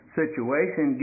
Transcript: situation